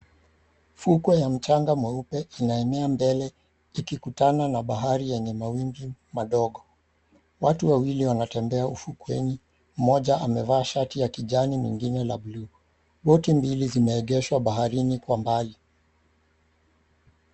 Fuko ya mchanga mweupe inaenea mbele ikikutana na bahari yenye mawimbi madogo. Watu wawili wanatembea ufukweni, mmoja amevaa shati ya kijani mwingine la blue. Boti mbili zimeegeshwa baharini kwa mbali.